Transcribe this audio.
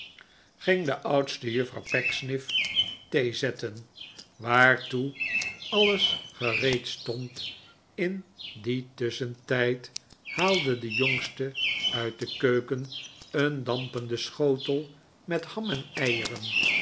ging de oudste juffrouw pecksniff theezetten r waartoe alles gereed stond in dien tusschentijd haalde de jpngste uit de keuken een dampenden schotel met ham en eieren